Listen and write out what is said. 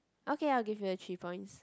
okay I will give you a three points